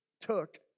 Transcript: took